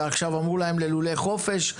ועכשיו אמרו להם ללולי חופש.